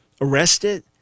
arrested